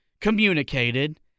communicated